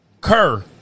Kerr